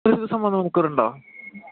ഒരു ദിവസം മൂന്ന് മണിക്കൂറുണ്ടോ